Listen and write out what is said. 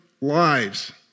lives